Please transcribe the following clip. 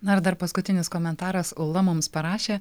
na ir dar paskutinis komentaras ūla mums parašė